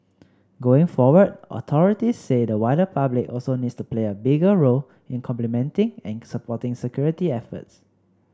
going forward authorities say the wider public also needs to play a bigger role in complementing and supporting security efforts